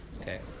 Okay